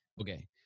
Okay